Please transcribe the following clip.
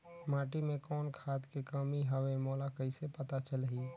माटी मे कौन खाद के कमी हवे मोला कइसे पता चलही?